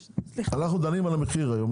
אנחנו דנים על המחיר היום,